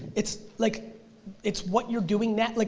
it's like it's what you're doing that, like